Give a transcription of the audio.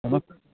ਹਨਾ ਚਲੋ